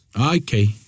Okay